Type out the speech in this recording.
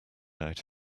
out